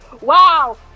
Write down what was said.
wow